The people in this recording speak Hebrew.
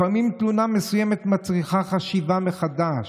לפעמים תלונה מסוימת מצריכה חשיבה מחדש,